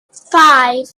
five